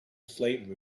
slate